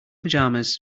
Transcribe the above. pajamas